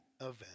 event